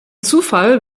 zufall